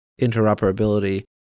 interoperability